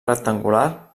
rectangular